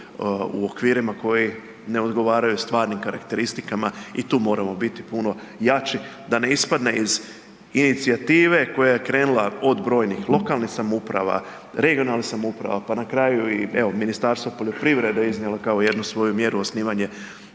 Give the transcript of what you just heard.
u okvirima koji ne odgovaraju stvarnim karakteristikama i tu moramo biti puno jači, da ne ispadne iz inicijative koja je krenula od brojnih lokalnih samouprava, regionalnih samouprava pa na kraju evo i Ministarstvo poljoprivrede je iznijelo kao jednu svoju mjeru osnivanje